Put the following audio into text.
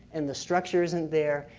and the structure isn't there,